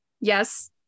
yes